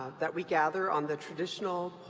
that we gather on the traditional